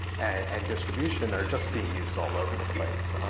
and distribution are just being used all over the place.